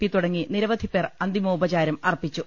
P തുടങ്ങി നിർവധി പേർ അന്തിമോപ ചാരം അർപ്പിച്ചു